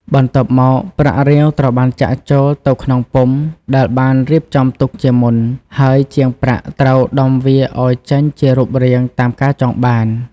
បន្ទាប់មក ប្រាក់រាវត្រូវបានចាក់ចូលទៅក្នុងពុម្ព ដែលបានរៀបចំទុកជាមុន ហើយជាងប្រាក់ត្រូវដំវាឱ្យចេញជារូបរាងតាមការចង់បាន។